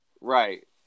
right